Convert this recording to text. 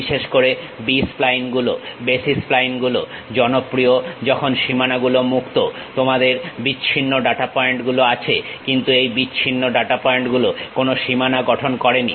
বিশেষ করে B spline গুলো বেসিস স্প্লাইন গুলো জনপ্রিয় যখন সীমানা গুলো মুক্ত তোমাদের বিচ্ছিন্ন ডাটা পয়েন্টগুলো আছে কিন্তু এই বিচ্ছিন্ন ডাটা পয়েন্টগুলো কোনো সীমানা গঠন করেনি